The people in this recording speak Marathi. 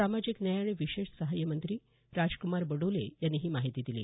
सामाजिक न्याय आणि विशेष सहाय्य मंत्री राजकुमार बडोले यांनी ही माहिती दिली